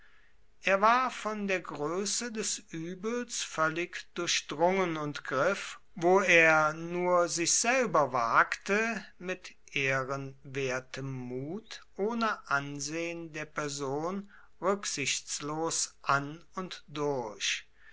er war von der größe des übels völlig durchdrungen und griff wo er nur sich selber wagte mit ehrenwertem mut ohne ansehen der person rücksichtslos an und durch